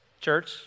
Church